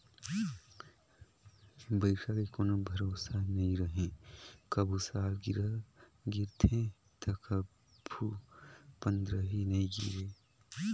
बइरखा के कोनो भरोसा नइ रहें, कभू सालगिरह गिरथे त कभू पंदरही नइ गिरे